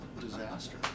disaster